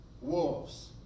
wolves